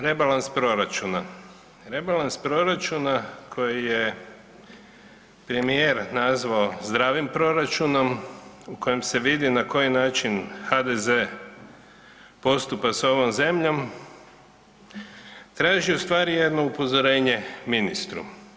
Rebalans proračuna, rebalans proračuna koji je premijer nazvao zdravim proračunom u kojem se vidi na koji način HDZ postupa s ovom zemljom traži ustvari jedno upozorenje ministru.